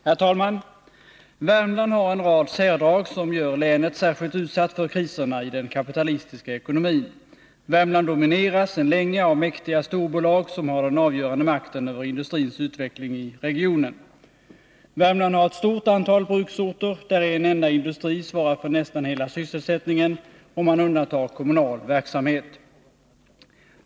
Herr talman! Värmland har en rad särdrag som gör länet särskilt utsatt för kriserna i den kapitalistiska ekonomin. Värmland domineras sedan länge av mäktiga storbolag, som har den avgörande makten över industrins utveckling i regionen. Värmland har ett stort antal bruksorter där en enda industri svarar för nästan hela sysselsättningen om man undantar kommunal verksamhet.